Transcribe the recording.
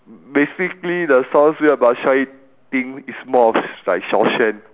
basically the sounds weird but try it thing is more of like xiao-xuan